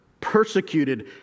persecuted